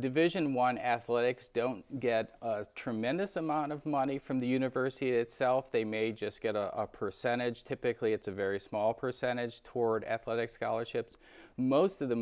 division one athletics don't get a tremendous amount of money from the university itself they may just get a percentage typically it's a very small percentage toward athletic scholarships most of the